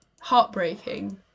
heartbreaking